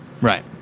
right